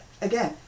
again